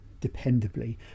dependably